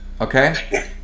Okay